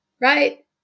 right